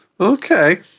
okay